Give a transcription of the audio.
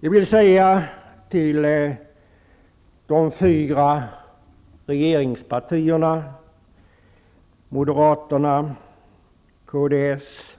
Jag vill säga till de fyra regeringspartierna, Moderaterna, Kds,